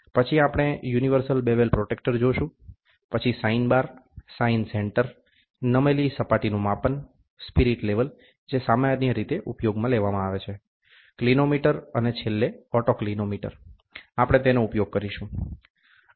પછી આપણે universal bevel protractor જોશું પછી સાઇન બાર સાઈન સેન્ટર નમેલી સપાટીનું માપન સ્પિરિટ લેવલ જે સામાન્ય રીતે ઉપયોગમાં લેવામાં આવે છે ક્લીનોમિટર અને છેલ્લે ઓટોક્લીનોમિટર આપણે તેનો ઉપયોગ કરીશું